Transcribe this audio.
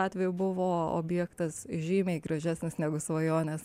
atveju buvo objektas žymiai gražesnis negu svajonės